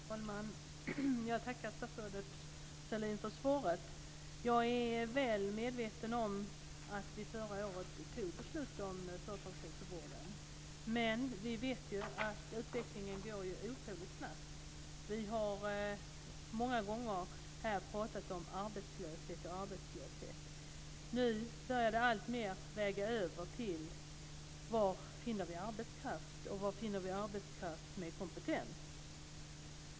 Fru talman! Jag tackar statsrådet Sahlin för svaret. Jag är väl medveten om att vi förra året fattade beslut om företagshälsovården, men vi vet ju att utvecklingen går otroligt snabbt. Vi har många gånger här talat om arbetslöshet. Nu börjar det alltmer väga över till tal om var vi finner arbetskraft och arbetskraft med kompetens.